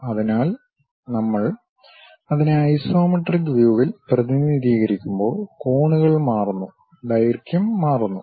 അതിനാൽ നമ്മൾ അതിനെ ഐസോമെട്രിക് വ്യൂവിൽ പ്രതിനിധീകരിക്കുമ്പോൾ കോണുകൾ മാറുന്നു ദൈർഘ്യം മാറുന്നു